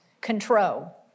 control